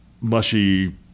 mushy